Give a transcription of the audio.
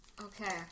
Okay